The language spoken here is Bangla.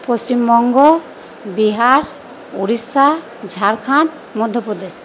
পশ্চিমবঙ্গ বিহার উড়িষ্যা ঝাড়খন্ড মধ্যপ্রদেশ